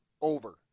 over